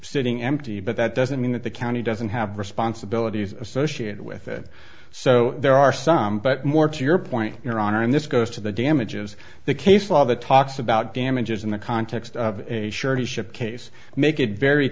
sitting empty but that doesn't mean that the county doesn't have responsibilities associated with it so there are some but more to your point your honor and this goes to the damages the case law that talks about damages in the context of a surety ship case make it very